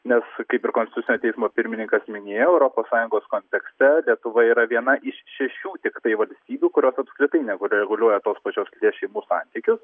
nes kaip ir konstitucinio teismo pirmininkas minėjo europos sąjungos kontekste lietuva yra viena iš šešių tiktai valstybių kurios apskritai negu reguliuoja tos pačios lyties šeimų santykius